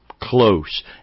close